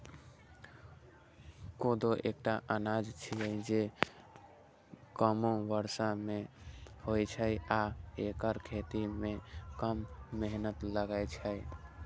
कोदो एकटा अनाज छियै, जे कमो बर्षा मे होइ छै आ एकर खेती मे कम मेहनत लागै छै